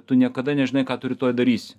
tu niekada nežinai ką tu rytoj darysi